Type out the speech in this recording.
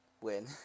Win